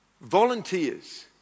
Volunteers